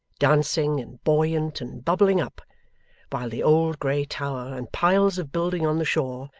dancing and buoyant and bubbling up while the old grey tower and piles of building on the shore,